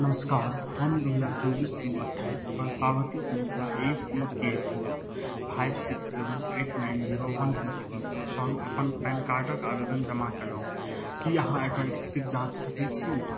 नमस्कार हम दुइ हजार चौबिस दुइ अठाइसपर पावती सँख्या ए सी के four five six seven eight nine zero one two थ्रीक सङ्ग अपन पैन कार्डके आवेदन जमा कएलहुँ कि अहाँ एकर इस्थितिके जाँचि सकै छी